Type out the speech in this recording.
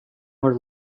were